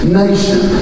nation